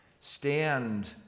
Stand